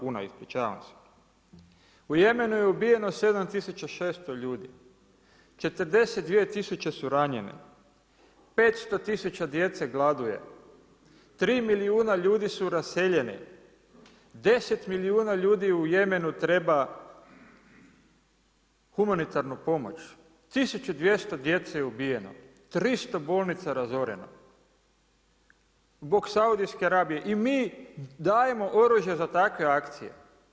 U Jemenu je ubijeno 7600 ljudi, 42 tisuće su ranjene, 500 tisuća djece gladuje, 3 milijuna ljudi su raseljeni, 10 milijuna ljudi u Jemenu treba humanitarnu pomoć, 1200 djece je ubijeno, 300 bolnica razoreno zbog Saudijske Arabije i mi dajemo oružje za takve akcije.